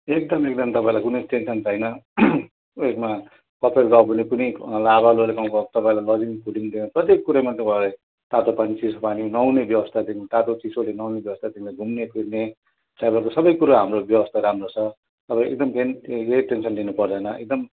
एकदम एकदम तपाईँलाई कुनै टेन्सन छैन ऊ यसमा कफेरको अगाडि कुनै लाभा लोले गाउँको तपाईँलाई लजिङ फुडिङ व्यवस्था प्रत्येक कुरोमा तपाईँलाई तातो पानी चिसो पानी नुहाउने व्यवस्थादेखिन् तातो चिसोले नुहाउने व्यवस्थादेखि लिएर घुम्ने फिर्ने ट्राभलको सबै कुरो हाम्रो व्यवस्था राम्रो छ तपाईँ एकदम बिहान केही टेनसन लिनु पर्दैन एकदम